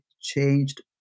changed